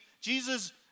Jesus